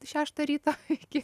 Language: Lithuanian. šeštą ryto iki